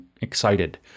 excited